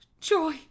joy